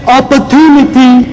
opportunity